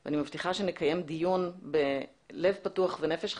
אני מבטיחה שנקיים דיון בלב פתוח ובנפש חפצה.